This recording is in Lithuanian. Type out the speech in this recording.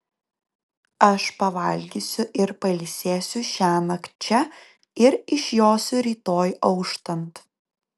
aš pavalgysiu ir pailsėsiu šiąnakt čia ir išjosiu rytoj auštant